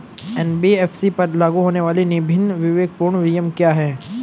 NBFC पर लागू होने वाले विभिन्न विवेकपूर्ण नियम क्या हैं?